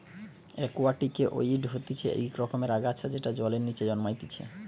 একুয়াটিকে ওয়িড হতিছে ইক রকমের আগাছা যেটা জলের নিচে জন্মাইতিছে